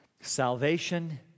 Salvation